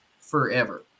forever